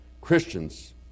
Christians